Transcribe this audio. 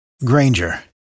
Granger